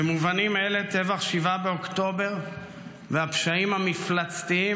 במובנים אלה טבח 7 באוקטובר והפשעים המפלצתיים